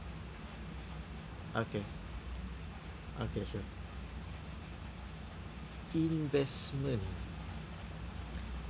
okay okay sure investment